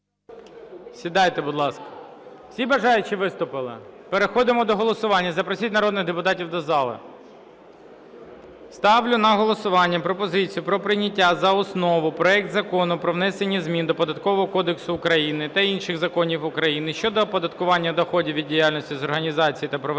Сідайте, будь ласка. Всім бажаючі виступили? Переходимо до голосування, запросіть народних депутатів до зали. Ставлю на голосування пропозицію про прийняття за основу проект Закону про внесення змін до Податкового кодексу України та інших законів України щодо оподаткування доходів від діяльності з організації та проведення